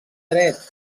dret